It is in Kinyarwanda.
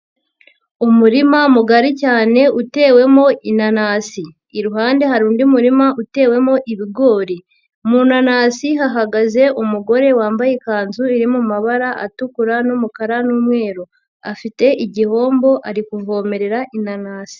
Umurima mugari cyane utewemo inanasi. Iruhande hari undi murima utewemo ibigori. Mu nanasi hahagaze umugore wambaye ikanzu, iri mu mabara atukura n'umukara n'umweru. Afite igihombo ari kuvomerera inanasi.